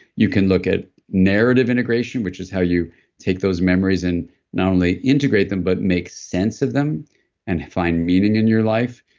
you can look at narrative integration which is how you take those memories and not only integrate them but make sense of them and find meaning in your life.